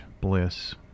bliss